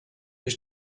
mich